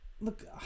look